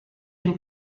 been